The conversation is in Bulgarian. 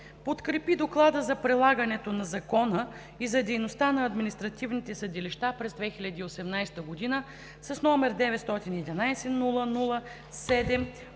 подкрепи Доклада за прилагането на закона и за дейността на административните съдилища през 2018 г., № 911-00-7,